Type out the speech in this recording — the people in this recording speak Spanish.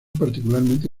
particularmente